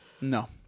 No